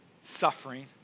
suffering